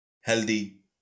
healthy